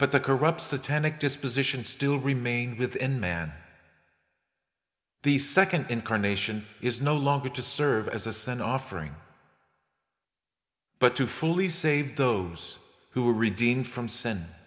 but the corrupt satanic disposition still remain within man the nd incarnation is no longer to serve as a sin offering but to fully save those who are